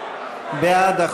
בעד.